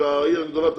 והעיר הגדולה תסכים?